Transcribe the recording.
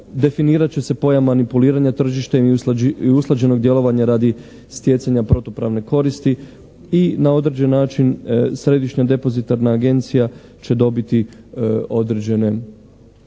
Definirat će se pojam manipuliranja tržištem i usklađenog djelovanja radi stjecanja protupravne koristi i na određen način središnja depozitarna agencija će dobiti određene,